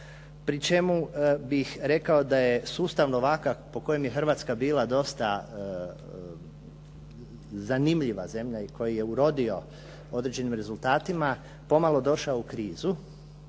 pri čemu bih rekao da je sustav ovakav po kojem je Hrvatska bila dosta zanimljiva zemlja i koji je urodio određenim rezultatima pomalo došao u krizu.